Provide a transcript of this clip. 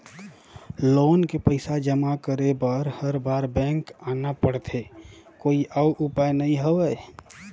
Loan के पईसा जमा करे बर हर बार बैंक आना पड़थे कोई अउ उपाय नइ हवय?